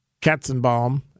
Katzenbaum